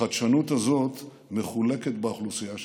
החדשנות הזו מחולקת באוכלוסייה שלנו.